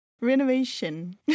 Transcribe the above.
renovation